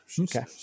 Okay